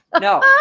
No